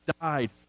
died